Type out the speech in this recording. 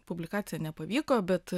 publikacija nepavyko bet